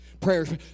Prayers